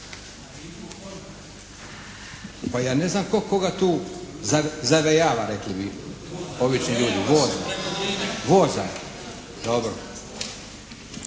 Pa ja ne znam tko koga tu zavejava, rekli bi obični ljudi, voza. Voza. Dobro.